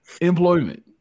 employment